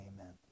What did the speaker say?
amen